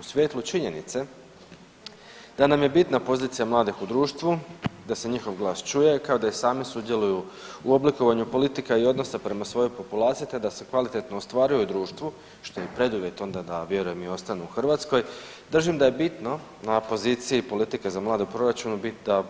U svjetlu činjenice da nam je bitna pozicija mladih u društvu, da se njihov glas čuje kao i da sami sudjeluju u oblikovanju politika i odnosa prema svojoj populaciji te da se kvalitetno ostvaruju u društvu što je preduvjet onda da vjerujem i ostanu u Hrvatskoj držim da je bitno na poziciji politika za mlade u proračun bit da